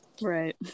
Right